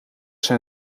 zijn